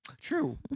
True